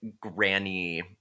granny